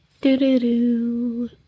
Do-do-do